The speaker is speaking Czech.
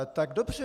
Tak dobře.